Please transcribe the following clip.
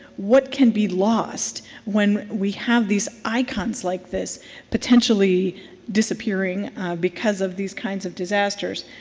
what can be lost when we have these icons like this potentially disappearing because of these kinds of disasters?